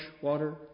water